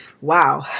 Wow